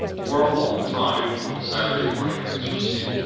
for a long time, on the saturday morning of its receipt,